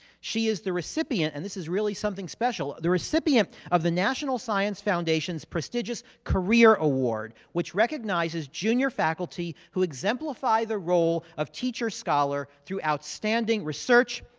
she is the recipient, and this is really something special. the recipient of the national science foundation's prestigious career award. which recognizes junior faculty who exemplify the role of teacher scholar. through outstanding research,